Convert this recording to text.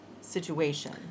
situation